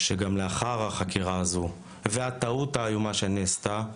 שגם לאחר החקירה הזו הטעות האיומה שנעשתה,